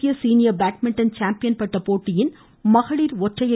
தேசிய senior badminton champion பட்ட போட்டியின் மகளிர் ஒற்றையர்